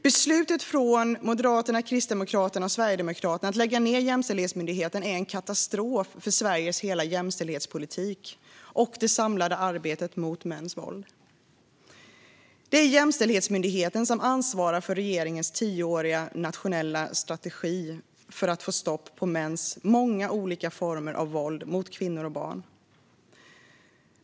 Beslutet från Moderaterna, Kristdemokraterna och Sverigedemokraterna om att lägga ned Jämställdhetsmyndigheten är en katastrof för Sveriges hela jämställdhetspolitik och det samlade arbetet mot mäns våld. Det är Jämställdhetsmyndigheten som ansvarar för regeringens tioåriga nationella strategi för att få stopp på mäns många olika former av våld mot kvinnor och barn.